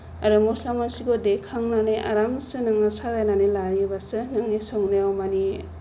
आरो मस्ला मस्लिखौ देखांनानै आरामसे नोङो साजायनानै लायोबासो नोंनि संनायाव माने